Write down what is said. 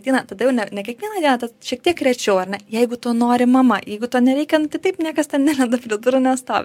ateina tada jau ne ne kiekvieną dieną šiek tiek rečiau ar ne jeigu to nori mama jeigu to nereikia nu tai taip niekas ten nelenda prie durų nestovi